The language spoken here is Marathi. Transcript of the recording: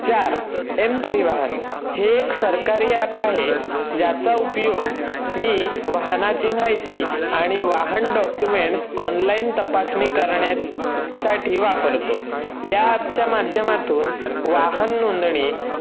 चार एम परिवाहन हे एक सरकारी ॲप आहे ज्याचा उपयोग मी वाहनाची माहिती आणि वाहन डॉक्युमेंटस ऑनलाईन तपासणी करण्यासाठी वापरतो या ॲपच्या माध्यमातून वाहन नोंदणी